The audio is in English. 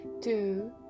Two